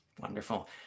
Wonderful